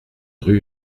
rue